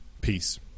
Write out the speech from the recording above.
Peace